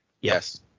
Yes